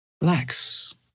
Relax